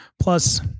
Plus